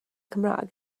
cymraeg